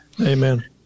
Amen